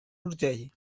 urgell